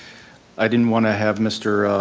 i didn't wanna have mr.